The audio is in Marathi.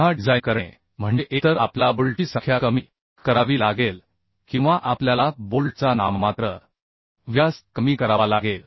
पुन्हा डिझाइन करणे म्हणजे एकतर आपल्याला बोल्टची संख्या कमी करावी लागेल किंवा आपल्याला बोल्टचा नाममात्र व्यास कमी करावा लागेल